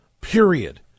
period